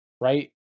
right